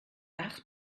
ach